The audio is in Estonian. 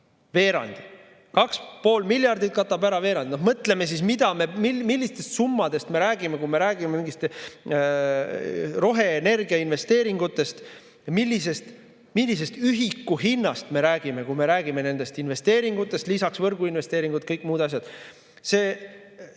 Veerandi! 2,5 miljardit katab ära veerandi. Mõtleme siis, millistest summadest me räägime, kui me räägime mingitest roheenergiainvesteeringutest, ja millisest ühiku hinnast me räägime, kui me räägime nendest investeeringutest, lisaks võrguinvesteeringud, kõik muud asjad. Mul